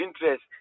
interest